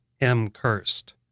M-cursed